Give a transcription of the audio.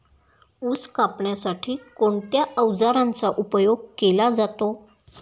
ऊस कापण्यासाठी कोणत्या अवजारांचा उपयोग केला जातो?